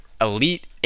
elite